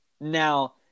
now